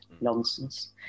nonsense